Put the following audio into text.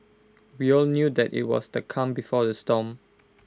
we all knew that IT was the calm before the storm